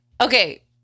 okay